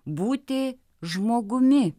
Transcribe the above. būti žmogumi